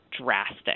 drastic